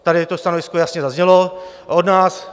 Tady to stanovisko jasně zaznělo od nás.